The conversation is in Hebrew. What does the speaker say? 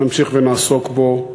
נמשיך ונעסוק בו.